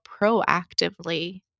proactively